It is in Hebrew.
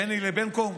ביני לבינכם,